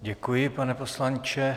Děkuji, pane poslanče.